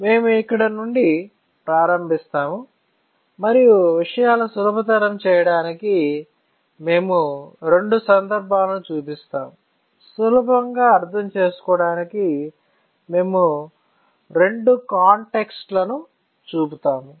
మేము ఇక్కడ నుండి ప్రారంభిస్తాము మరియు విషయాలు సులభతరం చేయడానికి మేము రెండు సందర్భాలను చూపిస్తాము సులభంగా అర్థం చేసుకోవడానికి మేము రెండు కాంటెక్స్ట్ లను చూపుతాము